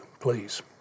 please